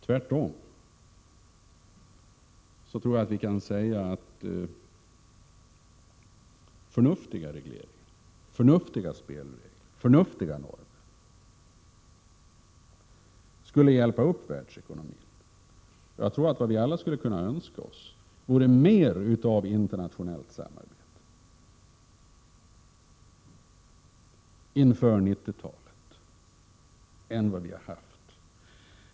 Tvärtom kan vi säga att förnuftiga regleringar, förnuftiga spelregler och förnuftiga normer skulle hjälpa upp världsekonomin. Vad vi alla skulle kunna önska oss vore ett ökat internationellt samarbete inför 1990-talet.